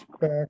back